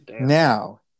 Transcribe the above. Now